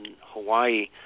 Hawaii